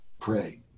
pray